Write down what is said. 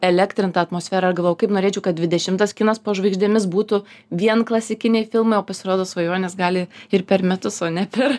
elektrintą atmosferą ir galvojau kaip norėčiau kad dvidešimtas kinas po žvaigždėmis būtų vien klasikiniai filmai o pasirodo svajonės gali ir per metus o ne per